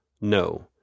no